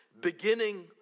beginning